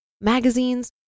magazines